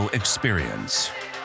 experience